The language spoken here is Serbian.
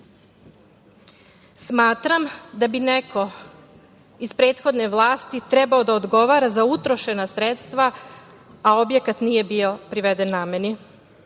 Smatram da bi neko iz prethodne vlasti trebao da odgovara za utrošena sredstva, a objekat nije bio priveden nameni. Ono